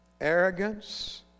arrogance